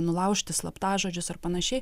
nulaužti slaptažodžius ar panašiai